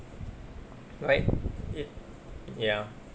right it~ ya